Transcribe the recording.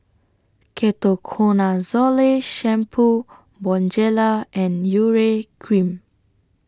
Ketoconazole Shampoo Bonjela and Urea Cream